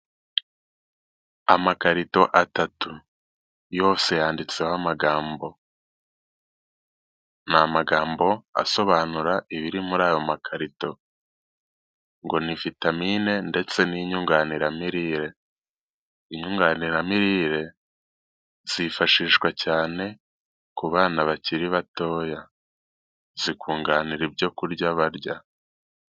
Amakarito atatu yose yanditseho amagambo ni amagambo asobanura ibiri muri ayo makarito, ngo ni vitamine ndetse n'inyunganiramirire, inyunganiramirire zifashishwa cyane ku bana bakiri batoya zikunganira ibyo kurya barya.